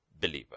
believer